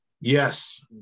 Yes